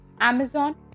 Amazon